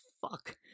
fuck